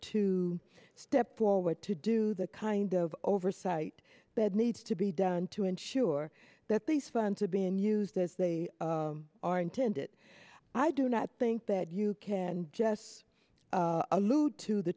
to step forward to do the kind of oversight that needs to be done to ensure that these funds are being used as they are intended i do not think that you can jus allude to the